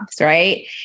right